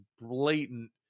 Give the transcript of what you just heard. blatant